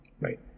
right